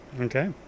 Okay